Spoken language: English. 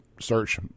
Search